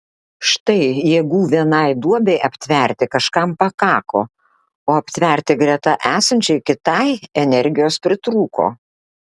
štai jėgų vienai duobei aptverti kažkam pakako o aptverti greta esančiai kitai energijos pritrūko